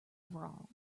wrong